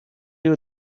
you